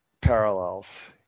parallels